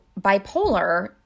bipolar